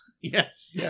Yes